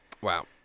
wow